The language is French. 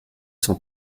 cent